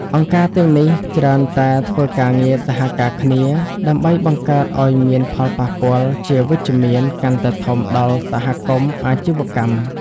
អង្គការទាំងនេះច្រើនតែធ្វើការងារសហការគ្នា ដើម្បីបង្កើតឱ្យមានផលប៉ះពាល់ជាវិជ្ជមានកាន់តែធំដល់សហគមន៍អាជីវកម្ម។